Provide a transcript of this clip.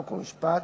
חוק ומשפט,